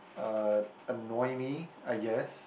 uh annoy me I guess